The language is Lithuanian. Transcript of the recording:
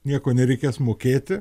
nieko nereikės mokėti